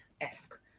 esque